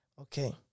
Okay